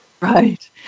Right